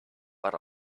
but